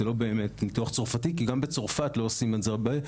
זה לא באמת ניתוח צרפתי כי גם בצרפת לא עושים את זה הרבה.